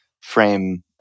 frame